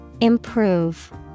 Improve